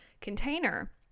container